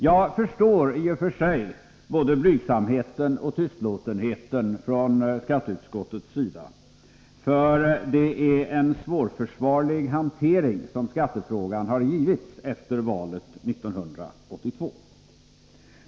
Jag förstår i och för sig både blygsamheten och tystlåtenheten från skatteutskottets sida, för det är en svårförsvarlig hantering som skattefrågan har getts efter valet 1982.